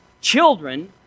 Children